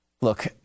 Look